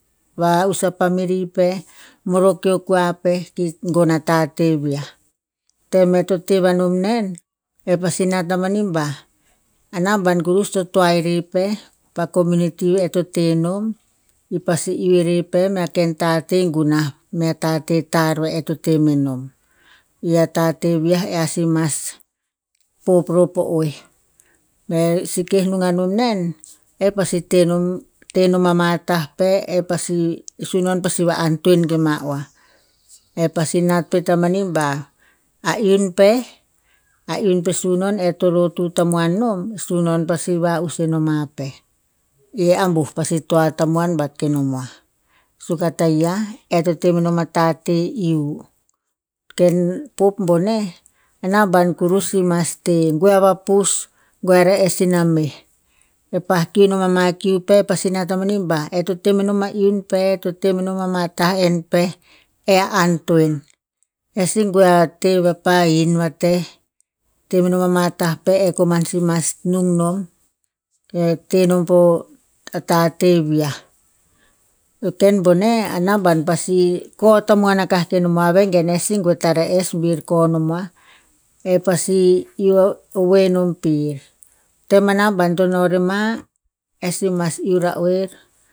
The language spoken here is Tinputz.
Va'us a family pe, morok ki o kua pe ki gon a tateh viah. Tem e to reh venom nen, e pasi nat na mani ba ana ban kurus to toa e reh peh pa community eh to teh nom, i pasi iuh reh pe me ken tateh gunah mea tateh tarr ve e to temenom. I a tateh viah ea si mas pop ror po oeh, be seke nung a no nen, e pasi tenona tenom ama tah pe e pasi, sunon pasi va antoen kema oa. E pasi nat pet mani ba a iun pe, a iun pe sunon e to lotu tamuan nom e sunon pasi va'us e noma pe, i a ambu pasi toa tamuan bat ke moa. Suk a taia e to temenom a tateh iuh. Ken pop boneh, anaban kurus si mas teh, goe ava pus, goe ava pus, goe a rees ina meh. E pa kiu ama kiu pe pasi nat amani ba, e to teh menom a iun pe to temenom ama tah enn pe, e a antoen. Eh si goe a teh vapa hin vateh, temenom ama tah pe eh koman si mas nung non ke tenon pa tateh viah. O ken boneh anaban pasi koh tamuan aka ke nomoa, vengen eh si goe ta re'es bir koh nomoa. Eh pasi iuh ovoe non pir. Tem anaban tonoh rer ma, eh si mas iuh ra oer.